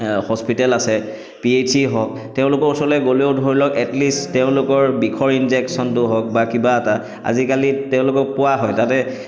hospital আছে PHC হওক তেওঁলোকৰ ওচৰলৈ গ'লেও ধৰি লওক এটলিষ্ট তেওঁলোকৰ বিষৰ ইনজেকশ্যনটো হওক বা কিবা এটা আজিকালি তেওঁলোকক পোৱা হয় তাতে